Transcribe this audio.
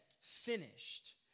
finished